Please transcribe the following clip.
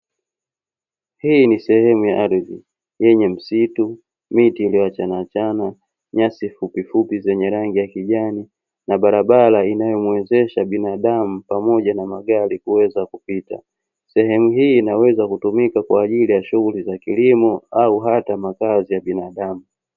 Hii ni sehemu ya ardhi yenye msitu, miti iliyoachanaachana, nyasi fupifupi zenye rangi ya kijani, na barabara inayomuwezesha binadamu pamoja na magari kuweza kupita. Sehemu hii inaweza kutumika kwa ajili ya shughuli za kilimo au hata makazi ya binadamu.